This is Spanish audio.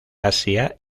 asia